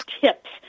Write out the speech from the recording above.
tips